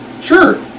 Sure